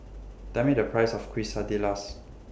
Tell Me The Price of Quesadillas